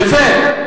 יפה.